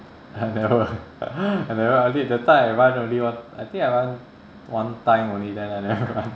I never I never that time I run only I think I run one time only then I never run